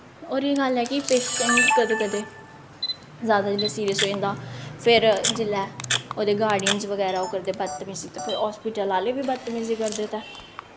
होर एह् गल्ल ऐ कि पेशैंट कदें कदें जादा जिसलै सीरियस होई जंदा फिर जिसलै ओह्दे गार्डनियस बगैरा करदे बतबीज़ी ते फिर हास्पिटल आह्ले बी बत्तबीज़ी करदे